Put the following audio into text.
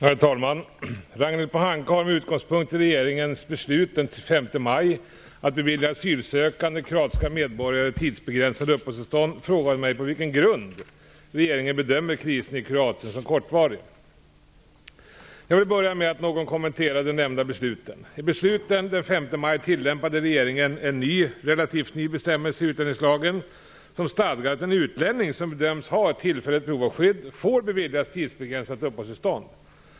Herr talman! Ragnhild Pohanka har, med utgångspunkt i regeringens beslut den 5 maj att bevilja asylsökande kroatiska medborgare tidsbegränsade uppehållstillstånd, frågat mig på vilken grund regeringen bedömer krisen i Kroatien som kortvarig. Jag vill börja med att något kommentera de nämnda besluten. I besluten den 5 maj tillämpade regeringen en relativt ny bestämmelse i utlänningslagen som stadgar att en utlänning som bedöms ha ett tillfälligt behov av skydd får beviljas tidsbegränsat uppehållstillstånd.